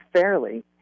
fairly